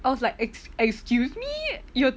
I was like ex~ excuse me your